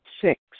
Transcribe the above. Six